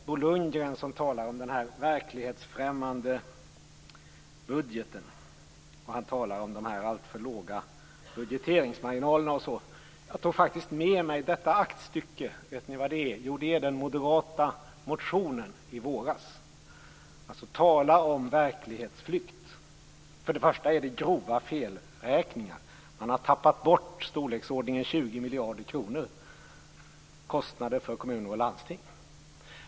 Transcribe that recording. Bo Lundgren talar om den verklighetsfrämmande budgeten och om de alltför låga budgeteringsmarginalerna. Jag har tagit med mig ett aktstycke hit, och det är den moderata motionen från i våras. Tala om verklighetsflykt! För det första innehåller den grova felräkningar, där man har tagit bort i storleksordningen 20 miljarder kronor i kostnader för kommuner och landsting.